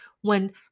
when